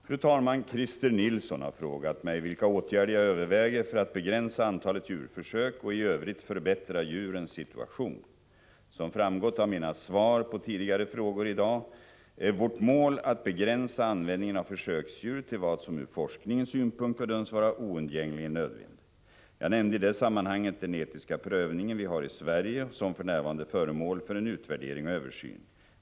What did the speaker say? Fru talman! Christer Nilsson har frågat mig vilka åtgärder jag överväger för att begränsa antalet djurförsök och i övrigt förbättra djurens situation. Som framgått av mina svar på tidigare frågor i dag är vårt mål att begränsa användningen av försöksdjur till vad som ur forskningens synpunkt bedöms vara oundgängligen nödvändigt. Jag nämnde i det sammanhanget den etiska prövning vi har i Sverige, som för närvarande är föremål för en utvärdering och översyn.